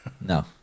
No